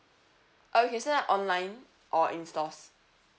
uh you can sign up online or in stores